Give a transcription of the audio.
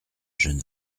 jeune